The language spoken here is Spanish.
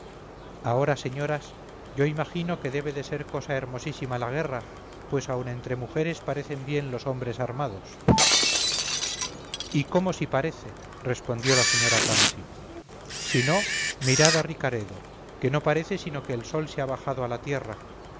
ahora señoras yo imagino que debe de ser cosa hermosísima la guerra pues aun entre mujeres parecen bien los hombres armados y cómo si parece respondió la señora tansi si no mirad a ricaredo que no parece sino que el sol se ha bajado a la tierra